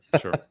sure